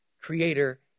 creator